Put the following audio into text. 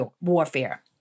warfare